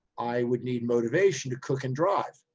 i would need motivation to cook and drive.